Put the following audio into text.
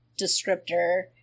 descriptor